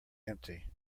empty